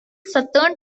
southern